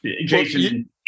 Jason